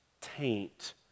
taint